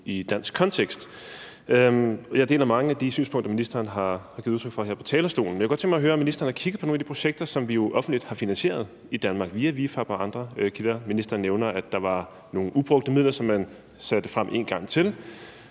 en dansk kontekst. Jeg deler mange af de synspunkter, som ministeren har givet udtryk for her fra talerstolen, men jeg kunne godt tænke mig at høre, om ministeren har kigget på nogle af de projekter, som vi jo offentligt har finansieret i Danmark via ViFAB og andre kilder. Ministeren nævnte, at der er nogle ubrugte midler, som man en gang til